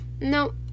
no